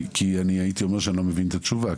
כי הייתי אומר שאני לא מבין את התשובה.